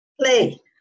play